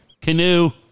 Canoe